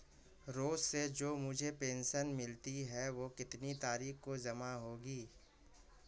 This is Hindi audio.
रोज़ से जो मुझे पेंशन मिलती है वह कितनी तारीख को जमा होगी?